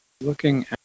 looking